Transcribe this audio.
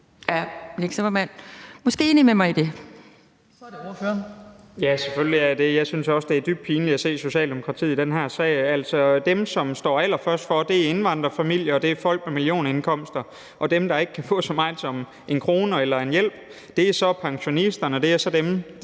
er det ordføreren. Kl. 19:44 Nick Zimmermann (DF): Ja, selvfølgelig er jeg det. Jeg synes også, det er dybt pinligt at se Socialdemokratiet i den her sag. Altså dem, som står allerførst for, er indvandrerfamilier, og det er folk med millionindkomster, og dem, der ikke kan få så meget som en krone i hjælp, er så pensionisterne – danske